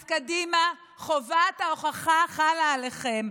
אז קדימה, חובת ההוכחה חלה עליכם.